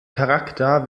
charakter